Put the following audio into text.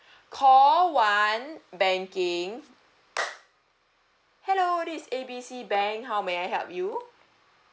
call one banking hello this is A B C bank how may I help you